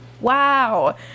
wow